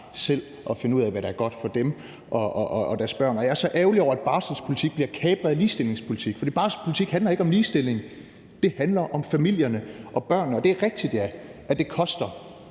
selv at finde ud af, hvad der er godt for dem og deres børn. Og jeg er så ærgerlig over, at barselspolitik bliver kapret af ligestillingspolitik, for barselspolitik handler ikke om ligestilling. Det handler om familierne og børnene. Ja, det er rigtig, at det giver